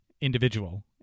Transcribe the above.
individual